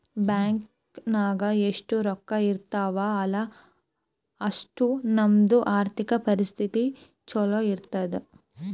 bank ನಾಗ್ ಎಷ್ಟ ರೊಕ್ಕಾ ಇರ್ತಾವ ಅಲ್ಲಾ ಅಷ್ಟು ನಮ್ದು ಆರ್ಥಿಕ್ ಪರಿಸ್ಥಿತಿ ಛಲೋ ಇರ್ತುದ್